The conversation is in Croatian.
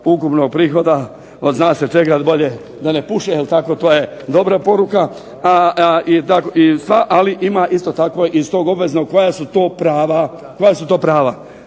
ukupnog prihoda od zna se čega od bolje da ne puše, jel tako. To je dobra poruka. Ali ima isto tako iz toga obveznog koja su to prava. Dakle, prava